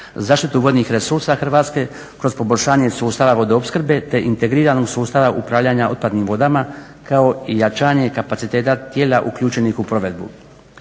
zaštitu vodnih resursa Hrvatske kroz poboljšanje sustava vodoopskrbe te integriranog sustava upravljanja otpadnim vodama kao i jačanje kapaciteta tijela uključenih u provedbu.